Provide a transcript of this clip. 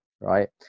right